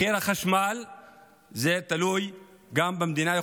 גם מחיר החשמל תלוי במדינה,